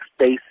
space